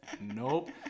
nope